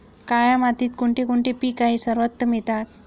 काया मातीत कोणते कोणते पीक आहे सर्वोत्तम येतात?